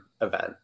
event